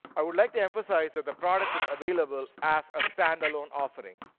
i would like to emphasize that the product is available as a standalone offering.